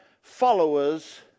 followers